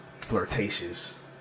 flirtatious